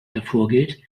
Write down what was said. hervorgeht